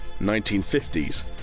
1950s